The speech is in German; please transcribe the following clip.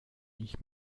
ich